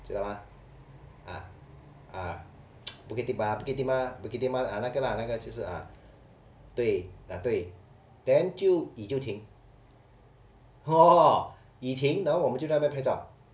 知道吗 ah ah bukit timah bukit timah bukit timah ah 那个 lah 那个就是 ah 对 ah 对 then 就雨就停雨停然后我们就在那边拍照